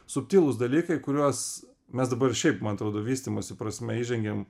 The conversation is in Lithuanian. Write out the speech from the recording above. subtilūs dalykai kuriuos mes dabar šiaip man atrodo vystymosi prasme įžengėm